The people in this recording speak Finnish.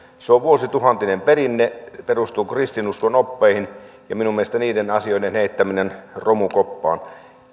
se on vuosituhantinen perinne perustuu kristinuskon oppeihin ja minun mielestäni niiden asioiden heittäminen romukoppaan